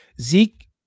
Zeke